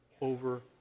over